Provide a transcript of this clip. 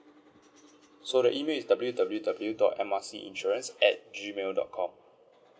so the email is W_W_W dot M_R_C insurance at gmail dot com